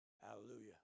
Hallelujah